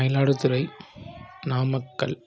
Mayiladuthurai Namakkal